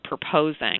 proposing